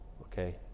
okay